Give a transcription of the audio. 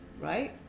right